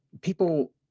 people